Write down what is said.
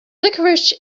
licorice